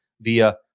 via